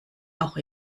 auch